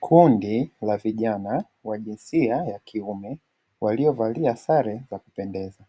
Kundi la vijana wa jinsia ya kiume waliovalia sare za kupendeza,